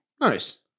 nice